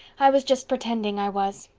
i was just pretending i was.